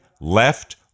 left